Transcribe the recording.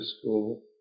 school